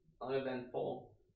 uneventful